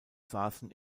saßen